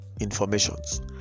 informations